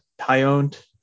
high-owned